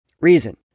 Reason